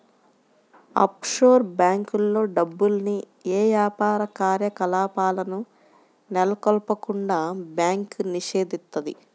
offshore బ్యేంకుల్లో డబ్బుల్ని యే యాపార కార్యకలాపాలను నెలకొల్పకుండా బ్యాంకు నిషేధిత్తది